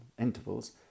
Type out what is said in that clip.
intervals